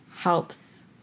Helps